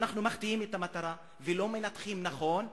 אנחנו מחטיאים את המטרה ולא מנתחים נכון,